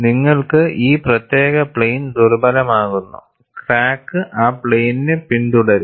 നിങ്ങൾക്ക് ഈ പ്രത്യേക പ്ലെയിൻ ദുർബലമാക്കുന്നു ക്രാക്ക് ആ പ്ലെയിനിനെ പിന്തുടരും